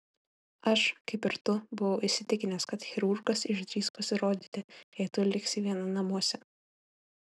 aš kaip ir tu buvau įsitikinęs kad chirurgas išdrįs pasirodyti jei tu liksi viena namuose